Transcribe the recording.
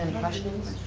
questions?